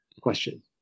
Question